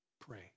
pray